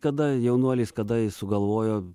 kada jaunuolis kada jis sugalvojo